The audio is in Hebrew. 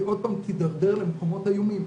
היא עוד פעם תידרדר למקומות איומים.